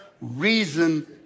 reason